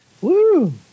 Woo